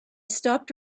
stopped